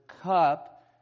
cup